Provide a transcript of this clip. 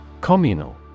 Communal